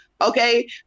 Okay